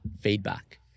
feedback